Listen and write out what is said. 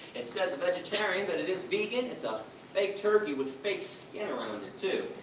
it says vegetarian but it is vegan it's a fake turkey with fake skin around it, too.